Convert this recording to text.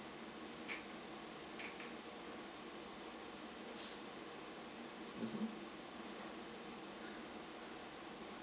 mmhmm